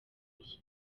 bihe